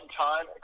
time